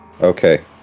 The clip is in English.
Okay